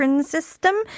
system